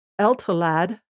Eltalad